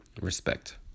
Respect